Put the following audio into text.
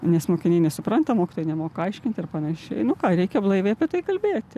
nes mokiniai nesupranta mokytojai nemoka aiškint ir panašiai nu ką reikia blaiviai apie tai kalbėti